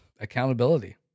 accountability